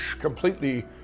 completely